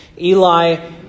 Eli